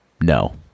no